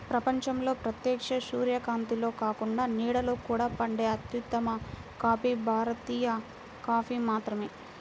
ప్రపంచంలో ప్రత్యక్ష సూర్యకాంతిలో కాకుండా నీడలో కూడా పండే అత్యుత్తమ కాఫీ భారతీయ కాఫీ మాత్రమే